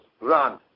run